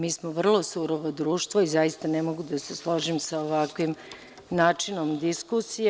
Mi smo vrlo surovo društvo i zaista ne mogu da se složim sa ovakvim načinom diskusije.